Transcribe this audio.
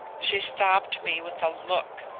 she stopped me with a look.